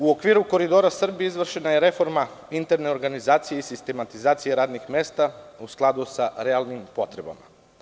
U okviru „Koridora Srbije“ izvršena je reforma interne organizacije i sistematizacije radnih mesta u skladu sa realnim potrebama.